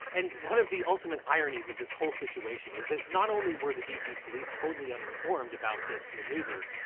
and one of the ultimate ironies of this whole situation is that not only were the dc police totally uninformed about this maneuver,